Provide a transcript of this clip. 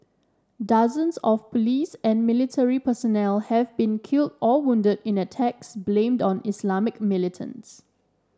dozens of police and military personnel have been killed or wounded in attacks blamed on Islamist militants